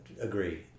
agree